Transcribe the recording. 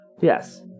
Yes